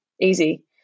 easy